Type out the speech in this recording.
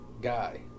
guy